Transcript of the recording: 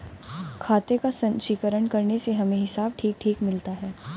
खाते का संचीकरण करने से हमें हिसाब ठीक ठीक मिलता है